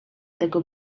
tego